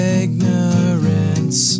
ignorance